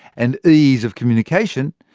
and ease of communication,